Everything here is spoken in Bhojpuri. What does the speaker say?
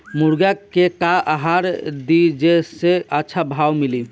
मुर्गा के का आहार दी जे से अच्छा भाव मिले?